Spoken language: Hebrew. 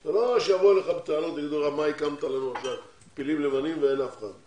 זה לא שיבואו אליך בטענות מה הקמת פילים לבנים ואין אף אחד.